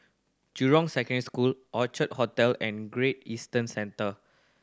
Jurong Secondary School Orchard Hotel and Great Eastern Centre